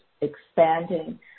expanding